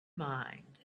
mind